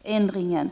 lagändringen?